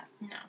No